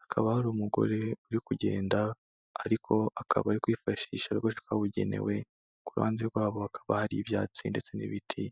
hakaba hari umugore uri kugenda. Ariko akaba ari kwifashisha agace kabugenewe, ku ruhande rwabo hakaba hari ibyatsi ndetse n'ibiti.